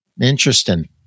Interesting